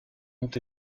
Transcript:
ont